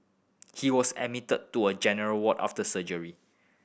he was admitted to a general ward after surgery